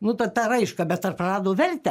nu tą tą raišką bet ar prarado vertę